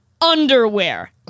underwear